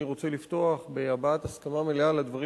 אני רוצה לפתוח בהבעת הסכמה מלאה על הדברים